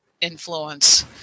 influence